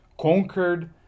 conquered